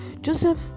joseph